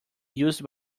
used